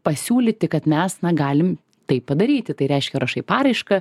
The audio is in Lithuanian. pasiūlyti kad mes na galim tai padaryti tai reiškia rašai paraišką